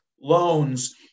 loans